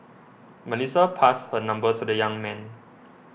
Melissa passed her number to the young man